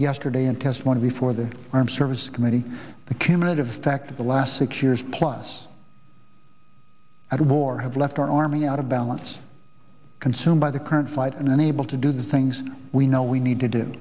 yesterday and because one of the for the armed services committee the cumulative effect of the last six years plus at war have left our army out of balance consumed by the current fight and unable to do the things we know we need to do